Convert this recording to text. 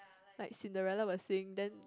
like Cinderella will sing then